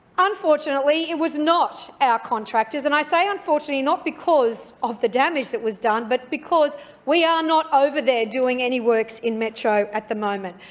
unfortunately, it was not our contractors, and i say unfortunately not because of the damage that was done, but because we are not over there doing any works in metro at the moment.